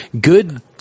good